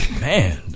man